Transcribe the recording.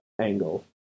angle